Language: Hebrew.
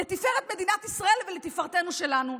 לתפארת מדינת ישראל ולתפארתנו שלנו,